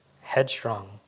headstrong